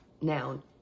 noun